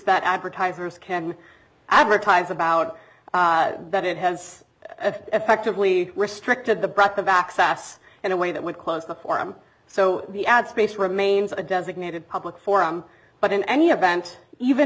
that advertisers can advertise about that it has effectively restricted the breadth of access in a way that would cause the forum so the ad space remains a designated public forum but in any event even